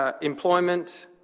employment